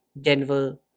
Denver